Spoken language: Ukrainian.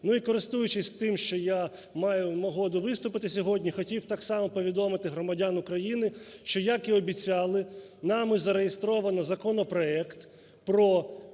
Ну, і користуючись тим, що я маю нагоду виступити сьогодні, хотів так само повідомити громадян України, що, як і обіцяли, нами зареєстрований законопроект про